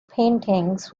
paintings